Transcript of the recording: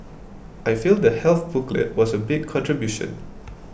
I feel the health booklet was a big contribution